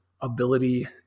ability